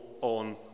on